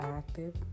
active